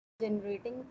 generating